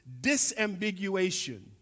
disambiguation